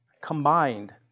combined